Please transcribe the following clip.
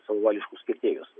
savavališkus kirtėjus